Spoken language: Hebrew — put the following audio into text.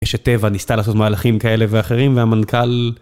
שטבע ניסתה לעשות מהלכים כאלה ואחרים, והמנכ״ל...